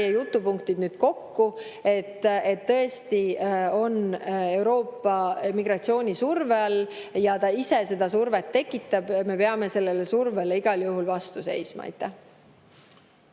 jutupunktid nüüd kokku. Tõesti on Euroopa migratsioonisurve all ja ta ise seda survet tekitab. Me peame sellele survele igal juhul vastu seisma.